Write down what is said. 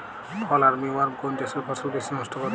ফল armyworm কোন চাষের ফসল বেশি নষ্ট করে?